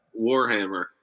Warhammer